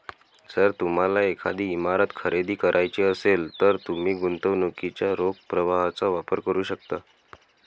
जर तुम्हाला एखादी इमारत खरेदी करायची असेल, तर तुम्ही गुंतवणुकीच्या रोख प्रवाहाचा वापर करू शकता